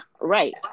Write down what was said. Right